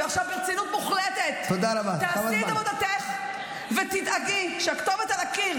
ועכשיו ברצינות מוחלטת: תעשי את עבודתך ותדאגי שהכתובת על הקיר,